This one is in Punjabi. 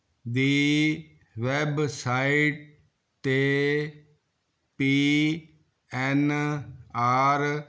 ਦੀ ਵੈੱਬਸਾਈਟ 'ਤੇ ਪੀ ਐੱਨ ਆਰ